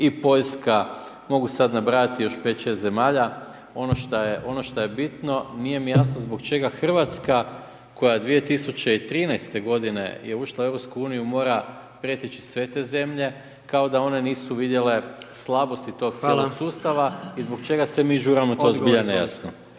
i Poljska, mogu sad nabrajati još 5, 6 zemalja ono šta, ono šta je bitno nije mi jasno zbog čega Hrvatska koja je 2013. godine je ušla u EU mora preteći sve te zemlje, kao da one nisu vidjele slabosti tog …/Upadica: Hvala./… cijelog sustava i zbog čega se mi žuramo to je